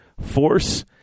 force